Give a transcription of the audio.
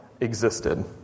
existed